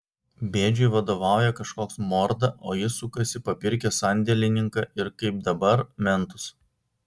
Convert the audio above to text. bėdžiui vadovauja kažkoks morda o jis sukasi papirkęs sandėlininką ir kaip dabar mentus